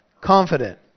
Confident